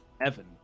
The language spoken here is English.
Evan